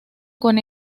con